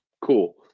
cool